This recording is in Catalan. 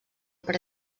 per